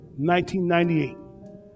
1998